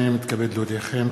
הנני מתכבד להודיעכם,